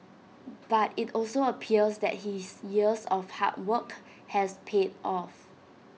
but IT also appears that his years of hard work has paid off